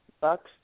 Buck's